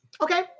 Okay